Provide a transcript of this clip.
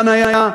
חניה,